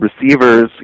receivers